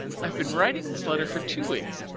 i've been writing this letter for two weeks,